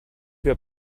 wir